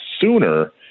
sooner